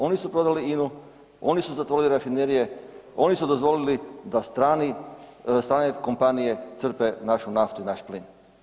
Oni su prodali INA-u, oni su zatvorili rafinerije, oni su dozvolili da strane kompanije crpe našu naftu i naš plin.